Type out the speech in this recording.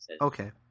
Okay